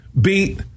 beat